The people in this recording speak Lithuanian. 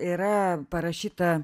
yra parašyta